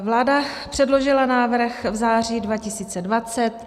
Vláda předložila návrh v září 2020.